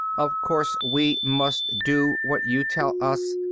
of course we must do what you tell us,